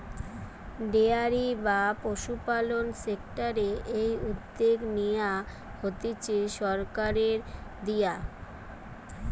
dairy বা পশুপালন সেক্টরের এই উদ্যগ নেয়া হতিছে সরকারের দিয়া